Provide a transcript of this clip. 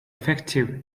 effective